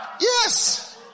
yes